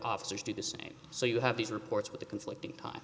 officers do the same so you have these reports with a conflicting time